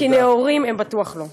כי נאורים הם בטוח לא.